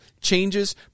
changes